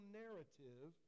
narrative